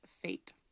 fate